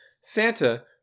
santa